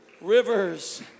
rivers